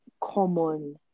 common